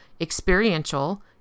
experiential